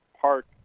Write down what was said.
park